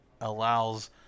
allows